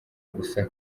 gusa